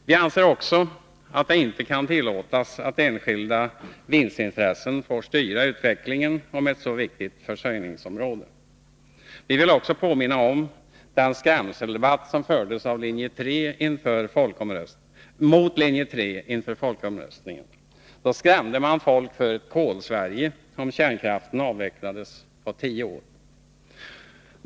Vi anser vidare att det inte kan tillåtas att enskilda vinstintressen får styra utvecklingen inom ett så viktigt försörjningsområde. Vi vill också påminna om den skrämseldebatt som fördes mot linje 3 inför folkomröstningen. Då skrämde man folk för ett ”Kolsverige”, om kärnkraften avvecklades på tio år.